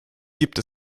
gibt